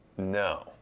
No